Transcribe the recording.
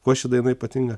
kuo ši daina ypatinga